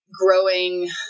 growing